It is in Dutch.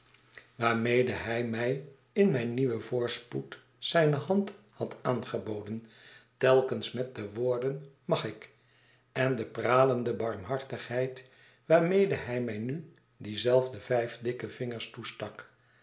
waarmede hij mij in mijn nieuwen voorspoed zijne hand had aangeboden telkens met de woorden mag ik en de pralende barmhartigheid waarmede hy mij nu die zelfde vijf dikke vingers toestak